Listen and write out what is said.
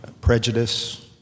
prejudice